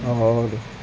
اور